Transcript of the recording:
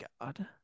God